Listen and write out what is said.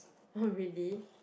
oh really